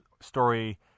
story